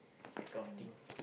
take off thing